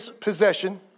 possession